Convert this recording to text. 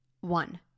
One